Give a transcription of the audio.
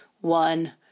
one